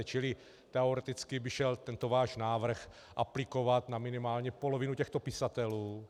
Čili teoreticky by šel tento váš návrh aplikovat na minimálně polovinu těchto pisatelů.